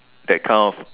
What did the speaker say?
that kind of